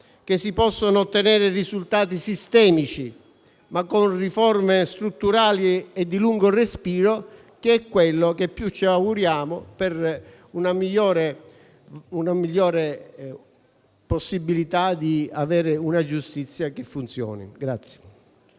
che si possono ottenere risultati sistemici, ma con riforme strutturali e di lungo respiro, che è quello che più ci auguriamo per accrescere la possibilità di avere una giustizia che funzioni.